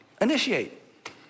initiate